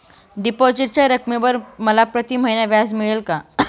डिपॉझिटच्या रकमेवर मला प्रतिमहिना व्याज मिळेल का?